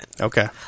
Okay